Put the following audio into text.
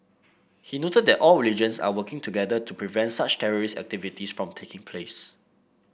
he noted that all religions are working together to prevent such terrorist activities from taking place